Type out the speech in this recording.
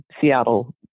Seattle